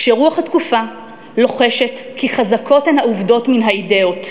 כשרוח התקופה לוחשת כי חזקות הן העובדות מן האידיאות,